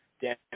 dan